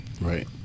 Right